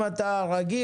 אם אתה רגיל,